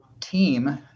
team